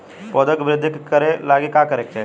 पौधों की वृद्धि के लागी का करे के चाहीं?